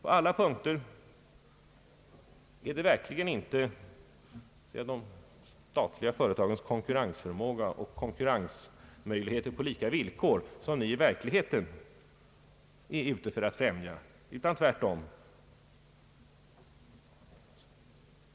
I verkligheten är ni inte ute för att främja de statliga företagens konkurrensförmåga och konkurrensmöjligheter utan tvärtom.